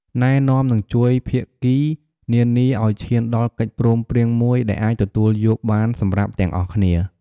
ណែនាំ និងជួយភាគីនានាឱ្យឈានដល់កិច្ចព្រមព្រៀងមួយដែលអាចទទួលយកបានសម្រាប់ទាំងអស់គ្នា។